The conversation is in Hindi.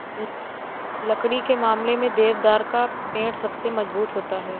लकड़ी के मामले में देवदार का पेड़ सबसे मज़बूत होता है